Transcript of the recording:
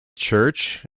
church